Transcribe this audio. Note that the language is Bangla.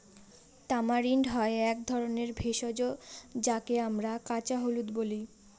তামারিন্ড হয় এক ধরনের ভেষজ যাকে আমরা কাঁচা হলুদ বলি